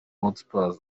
hotspur